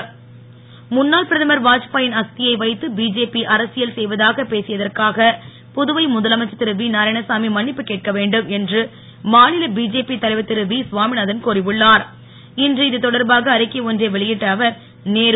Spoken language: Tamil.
சுவாமிநா தன் முன்னாள் பிரதமர் வாஸ்பாயின் அஸ்தியை வைத்து பிஜேபி அரசியல் செய்வதாக பேசியதற்காக புதுவை முதலமைச்சர் திரு வி நாராயணசாமி மன்னிப்புக் கேட்க வேண்டும் என்று மாநில பிஜேபி தலைவர் திரு வி சுவாமிநாதன் கோரி இன்று இதுதொடர்பாக அறிக்கை ஒன்றை வெளியிட்ட அவர் நேரு